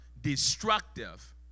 destructive